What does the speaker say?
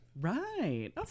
Right